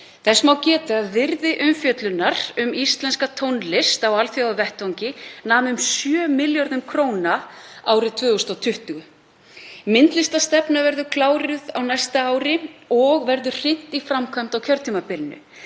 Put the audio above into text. Þess má geta að virði umfjöllunar um íslenska tónlist á alþjóðavettvangi nam um 7 milljörðum kr. árið 2020. Myndlistarstefna verður kláruð á næsta ári og verður hrint í framkvæmd á kjörtímabilinu.